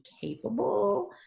capable